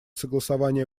согласования